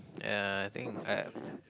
ya I think I